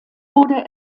wurde